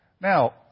Now